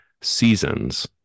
seasons